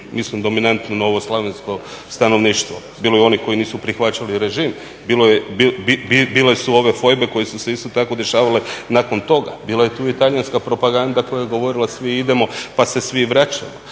mislim dominantno na ovo slavensko stanovništvo, bilo je onih koji nisu prihvaćali režim, bile su ove fojbe koje su se isto tako dešavale nakon toga, bila je tu i talijanska propaganda koja je govorila svi idemo pa se svi vraćamo,